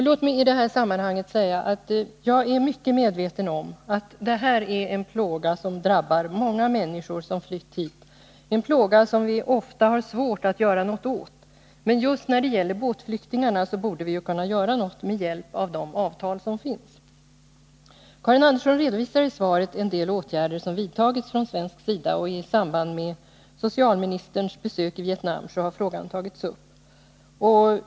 Låt mig i det här sammanhanget säga, att jag är mycket medveten om att detta är en plåga som drabbar många människor som flytt hit, en plåga som vi ofta har svårt att göra något åt. Men just när det gäller båtflyktingarna borde vi kunna göra något med hjälp av de avtal som finns. Karin Andersson redovisar i svaret en del åtgärder som vidtagits från svensk sida och pekar på att frågan har tagits upp i samband med socialministerns besök i Vietnam.